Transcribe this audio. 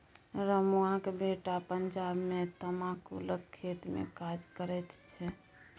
रमुआक बेटा पंजाब मे तमाकुलक खेतमे काज करैत छै